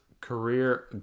career